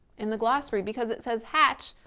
in the glossary because it says hatch,